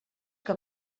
que